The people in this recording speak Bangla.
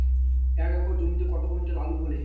এক একর জমিতে কত কুইন্টাল আলু ফলে?